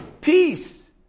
peace